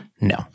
no